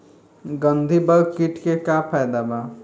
गंधी बग कीट के का फायदा बा?